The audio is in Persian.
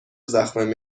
زخم